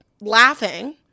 laughing